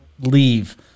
leave